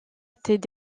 étaient